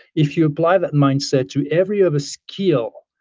if you apply that mindset to every other skill,